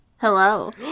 hello